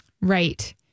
Right